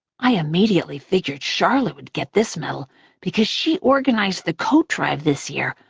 i immediately figured charlotte would get this medal because she organized the coat drive this year,